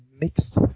mixed